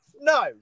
No